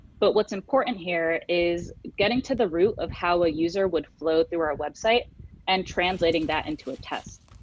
but what is important here is getting to the root of how a user would flow through your website and translating that into a test.